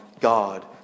God